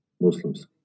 Muslims